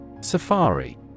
Safari